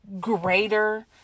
greater